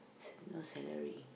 no salary